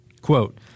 Quote